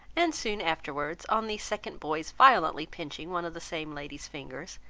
and soon afterwards, on the second boy's violently pinching one of the same lady's fingers,